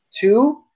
Two